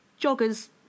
joggers